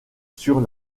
sur